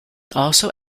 also